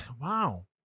wow